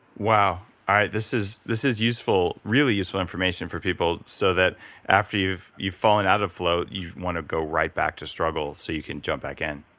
wow. this is this is useful, really useful information for people so that after you've you've fallen out of flow, you want to go right back to struggle so you can jump back in.